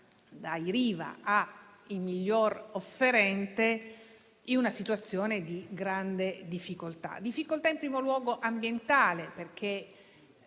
dai Riva al miglior offerente, in una situazione di grande difficoltà; difficoltà in primo luogo ambientale, perché